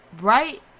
right